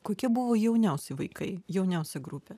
kokie buvo jauniausi vaikai jauniausia grupė